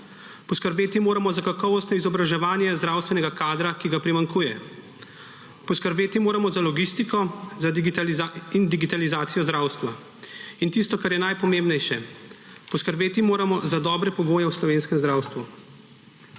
Poskrbeti moramo za kakovostno izobraževanje zdravstvenega kadra, ki ga primanjkuje. Poskrbeti moramo za logistiko in digitalizacijo zdravstva. In tisto, kar je najpomembnejše, poskrbeti moramo za dobre pogoje v slovenskem zdravstvu.